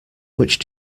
which